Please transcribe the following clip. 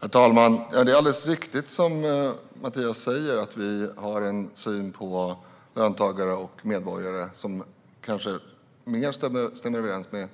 Herr talman! Ja, det är alldeles riktigt som Mathias säger. Vi har en syn på löntagare och medborgare som kanske stämmer mer överens med